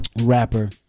Rapper